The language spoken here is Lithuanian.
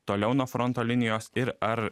toliau nuo fronto linijos ir ar